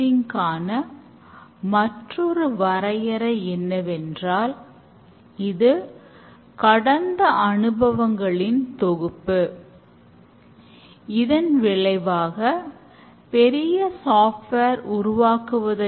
அடுத்த நல்ல செயல்முறை என்னவென்றால் டெஸ்டிங் நம்பகத் தன்மை வாய்ந்த software தருகிறது